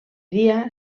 dia